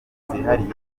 zihariye